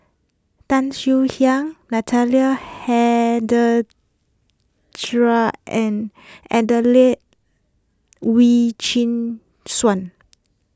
Tan Swie Hian Natalie Adelene Wee Chin Suan